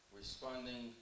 responding